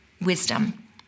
wisdom